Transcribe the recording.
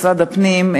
משרד הפנים,